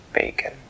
bacon